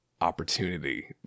opportunity